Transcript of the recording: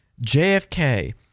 JFK